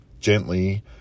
gently